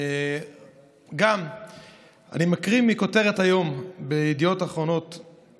אני מקריא מכותרת היום בידיעות אחרונות: